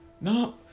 No